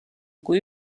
kui